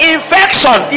Infection